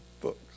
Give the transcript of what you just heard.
books